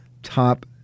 top